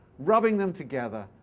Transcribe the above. rubbing them together,